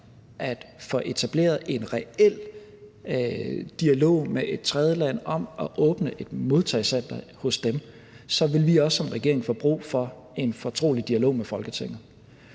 at få etableret en reel dialog med et tredjeland om at åbne et modtagecenter hos dem, så vil vi også som regering få brug for en fortrolig dialog med Folketinget.